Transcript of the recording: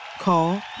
Call